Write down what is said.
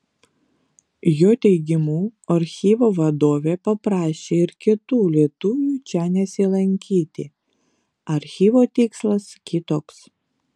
jo teigimu archyvo vadovė paprašė ir kitų lietuvių čia nesilankyti archyvo tikslas kitoks